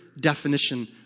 definition